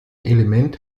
element